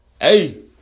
Hey